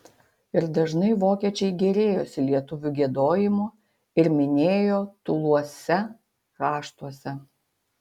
ir dažnai vokiečiai gėrėjosi lietuvių giedojimu ir minėjo tūluose raštuose